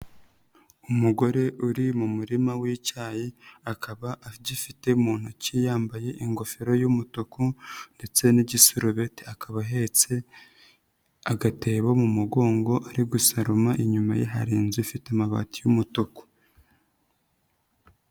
Umugore uri mu murima w'icyayi, akaba agifite mu ntoki yambaye ingofero y'umutuku ndetse n'igiserubeti. Akaba ahetse agatebo mu mugongo ari gusoroma, inyuma ye hari inzu ifite amabati y'umutuku.